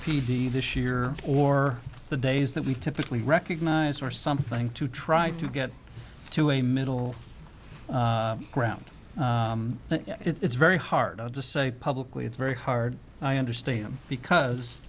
d this year or the days that we typically recognize or something to try to get to a middle ground it's very hard to say publicly it's very hard i understand because